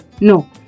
No